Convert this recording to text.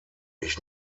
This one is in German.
ich